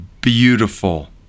beautiful